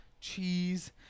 cheese